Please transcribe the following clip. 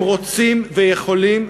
הם רוצים ויכולים,